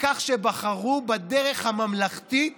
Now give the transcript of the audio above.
בכך שבחרו בדרך הממלכתית